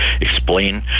explain